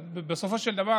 בסופו של דבר,